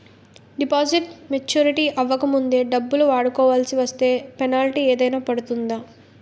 Deposit maturity అవ్వక ముందే డబ్బులు వాడుకొవాల్సి వస్తే పెనాల్టీ ఏదైనా పడుతుందా?